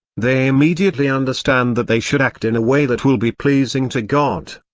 they immediately understand that they should act in a way that will be pleasing to god,